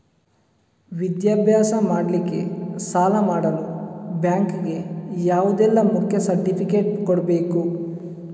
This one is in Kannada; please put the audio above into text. ವಿದ್ಯಾಭ್ಯಾಸ ಮಾಡ್ಲಿಕ್ಕೆ ಸಾಲ ಮಾಡಲು ಬ್ಯಾಂಕ್ ಗೆ ಯಾವುದೆಲ್ಲ ಮುಖ್ಯ ಸರ್ಟಿಫಿಕೇಟ್ ಕೊಡ್ಬೇಕು?